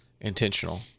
intentional